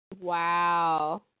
Wow